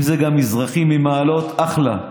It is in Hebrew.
אם זה גם מזרחי ממעלות, אחלה.